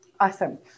Awesome